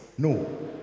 No